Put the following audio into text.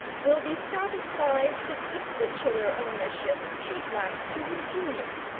will be satisfied that the titular ownership should lapse to his juniors,